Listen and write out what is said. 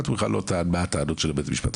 והוא לא טען מה הטענות של בית המשפט.